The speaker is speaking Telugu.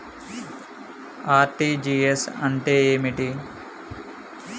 ఆర్.టి.జి.ఎస్ అంటే ఏమిటి?